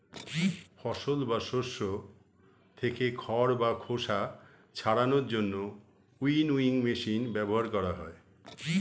ফসল বা শস্য থেকে খড় বা খোসা ছাড়ানোর জন্য উইনউইং মেশিন ব্যবহার করা হয়